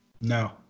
No